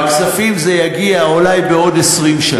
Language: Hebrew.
בכספים זה יגיע אולי בעוד 20 שנה.